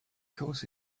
course